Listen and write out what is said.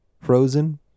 Frozen